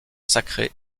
sacrée